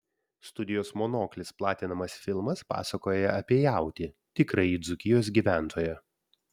studijos monoklis platinamas filmas pasakoja apie jautį tikrąjį dzūkijos gyventoją